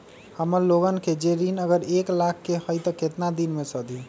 हमन लोगन के जे ऋन अगर एक लाख के होई त केतना दिन मे सधी?